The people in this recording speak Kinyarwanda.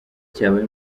cyabaye